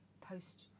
post